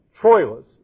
Troilus